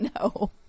No